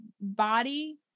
body